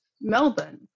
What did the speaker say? melbourne